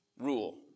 Rule